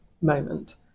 moment